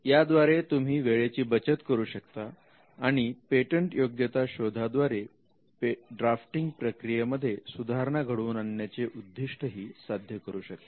याद्वारे तुम्ही वेळेची बचत करू शकता आणि पेटंटयोग्यता शोधा द्वारे ड्राफ्टिंग प्रक्रिये मध्ये सुधारणा घडवून आणण्याचे उद्दिष्ट ही साध्य करू शकता